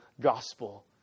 gospel